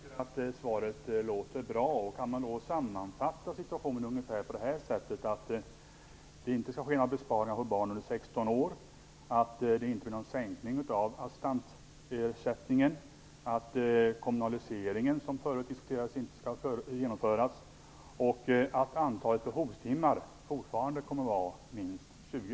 Fru talman! Jag tycker att det svaret låter bra. Kan man då sammanfatta situationen med att det inte skall ske några besparingar på barn under 16 år, att det inte blir någon sänkning av assistansersättningen, att kommunaliseringen som förut diskuterades inte skall genomföras och att antalet behovstimmar fortfarande kommer att vara minst 20?